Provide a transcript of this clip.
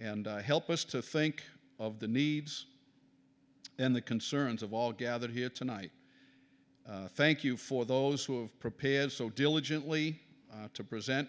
and help us to think of the needs and the concerns of all gathered here tonight thank you for those who have prepared so diligently to present